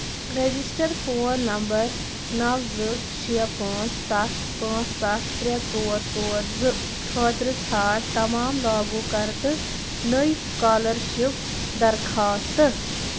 register phone number نَو زٕ شیٚے پانٛژھ سَتھ پانٛژھ سَتھ ترٛےٚ ژور ژور زٕ خٲطرٕ ژھار تمام لاگو کردٕ نٔے سُکالرشِپ درخواستہٕ